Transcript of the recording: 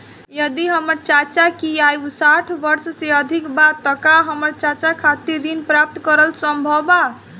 यदि हमर चाचा की आयु साठ वर्ष से अधिक बा त का हमर चाचा खातिर ऋण प्राप्त करल संभव बा